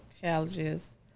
challenges